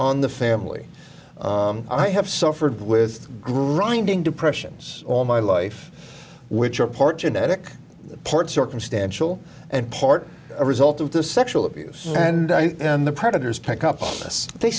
on the family i have suffered with grinding depressions all my life which are part genetic part circumstantial and part a result of the sexual abuse and the predators pick up they